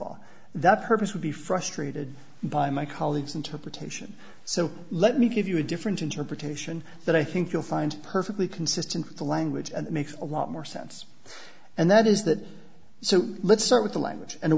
law that purpose would be frustrated by my colleagues interpretation so let me give you a different interpretation that i think you'll find perfectly consistent with the language and makes a lot more sense and that is that so let's start with the language and